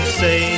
say